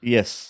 Yes